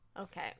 Okay